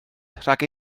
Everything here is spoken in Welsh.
rhag